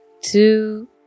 two